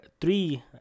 three